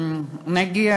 נוי.